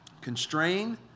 Constrain